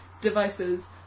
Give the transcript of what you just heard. devices